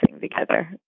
together